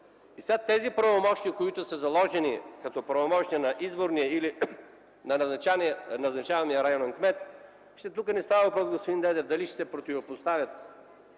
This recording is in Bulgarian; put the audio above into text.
съвсем друг. Правомощията, които са заложени като правомощия на изборния или на назначавания районен кмет, тук не става въпрос, господин Дедев, дали ще се противопоставят,